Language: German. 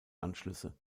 anschlüsse